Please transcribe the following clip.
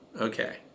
Okay